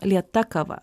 lėta kava